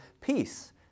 peace